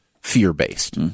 fear-based